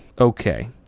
Okay